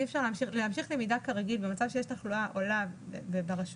זה בעייתי להמשיך למידה כרגיל במצב שיש תחלואה עולה ברשות.